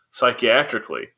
psychiatrically